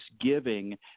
giving